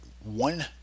one